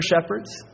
shepherds